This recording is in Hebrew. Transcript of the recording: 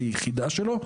שהיא היחידה שלו,